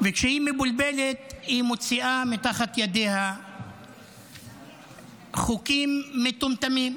וכשהיא מבולבלת היא מוציאה מתחת ידיה חוקים מטומטמים,